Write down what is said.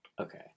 Okay